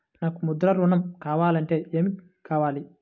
నాకు ముద్ర ఋణం కావాలంటే ఏమి కావాలి?